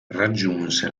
raggiunse